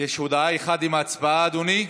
יש הודעה אחת עם הצבעה, אדוני?